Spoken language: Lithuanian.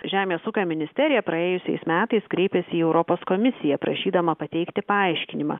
žemės ūkio ministerija praėjusiais metais kreipėsi į europos komisiją prašydama pateikti paaiškinimą